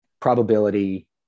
probability